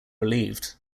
relieved